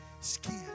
skin